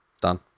done